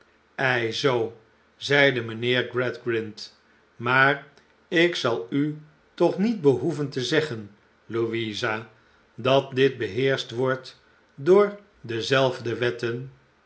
ei zoo zeide mtinheer gradgrind maar ik zal u toch niet behoeven te zeggen louisa dat dit beheerscht wordt door dezelfde wetten